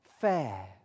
fair